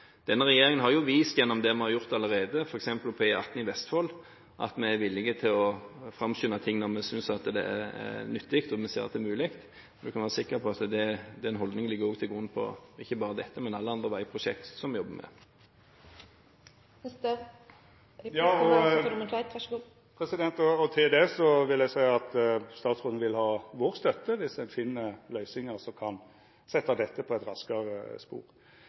Denne regjeringen har vist gjennom det vi har gjort allerede, f.eks. på E18 i Vestfold, at vi er villige til å framskynde ting når vi synes det er nyttig og vi ser at det er mulig. Representanten kan være sikker på at den holdningen ikke bare ligger til grunn for dette prosjektet, men i alle andre veiprosjekter som vi jobber med. Til det vil eg seia at statsråden vil få vår støtte viss ein finn løysingar som kan setja dette på eit raskare spor.